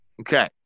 Okay